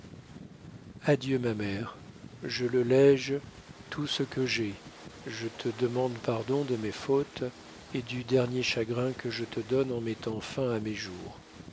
adieu ma mère je te lege tout ce que j'é je te demande pardon de mes fotes et du dernié chagrin que je te donne en mettant fain à mes jours